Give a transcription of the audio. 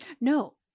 No